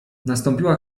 nastąpiła